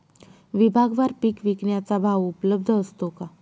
विभागवार पीक विकण्याचा भाव उपलब्ध असतो का?